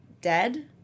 dead